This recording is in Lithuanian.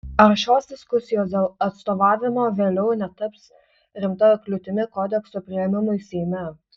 ar šios diskusijos dėl atstovavimo vėliau netaps rimta kliūtimi kodekso priėmimui seime